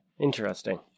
interesting